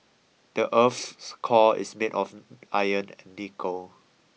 the earth's core is made of iron and nickel